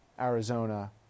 Arizona